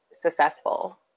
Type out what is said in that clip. successful